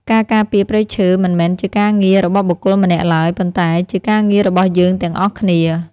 ការការពារព្រៃឈើមិនមែនជាការងាររបស់បុគ្គលម្នាក់ឡើយ ប៉ុន្តែជាការងាររបស់យើងទាំងអស់គ្នា។